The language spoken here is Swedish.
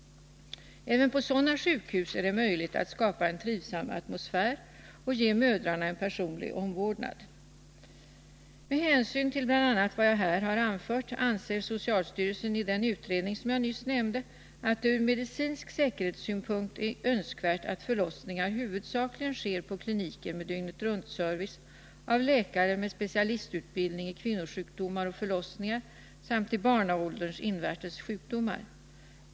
Även på sådana sjukhus är det möjligt att skapa en trivsam atmosfär och ge mödrarna en personlig omvårdnad. Med hänsyn till bl.a. vad jag här har anfört anser socialstyrelsen i den utredning som jag nyss nämnde att det från medicinsk säkerhetssynpunkt är önskvärt att förlossningar huvudsakligen sker på kliniker med dygnetrunt-service av läkare med specialistutbildning i kvinnosjukdomar och förlossningar samt i barnaålderns invärtes sjukdomar.